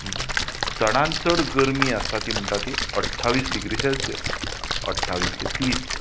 चडांत चड गरमी आसा ती म्हणटा ती अठ्ठावीस डिग्री सॅलसियस अठ्ठावीस ते तीस